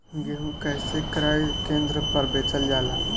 गेहू कैसे क्रय केन्द्र पर बेचल जाला?